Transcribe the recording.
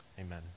Amen